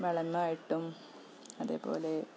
വളമായിട്ടും അതേപോലെ